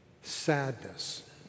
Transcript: sadness